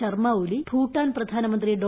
ശർമ ഒലി ഭൂട്ടാൻ പ്രധാനമന്ത്രി ഡോ